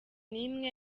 n’imwe